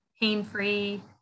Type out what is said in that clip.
pain-free